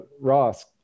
Ross